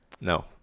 No